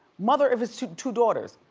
mother of his two two daughters.